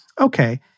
okay